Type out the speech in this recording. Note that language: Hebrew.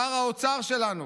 שר האוצר שלנו